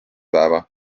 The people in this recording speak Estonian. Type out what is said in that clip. päeva